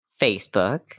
Facebook